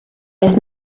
this